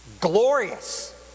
Glorious